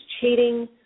cheating